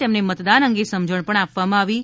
તેમને મતદાન અંગે સમજણ પણ આપવામાં આવી હતી